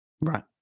Right